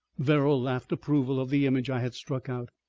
verrall laughed approval of the image i had struck out.